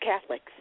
Catholics